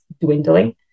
dwindling